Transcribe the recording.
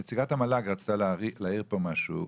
נציגת המל"ג רצתה להעיר פה משהו.